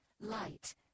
Light